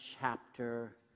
chapter